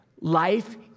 Life